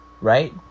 Right